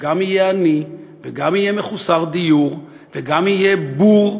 שגם יהיה עני וגם יהיה מחוסר דיור וגם יהיה בור.